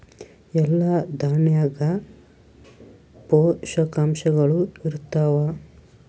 ಎಲ್ಲಾ ದಾಣ್ಯಾಗ ಪೋಷಕಾಂಶಗಳು ಇರತ್ತಾವ?